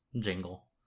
jingle